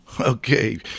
Okay